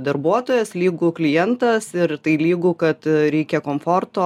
darbuotojas lygu klientas ir tai lygu kad reikia komforto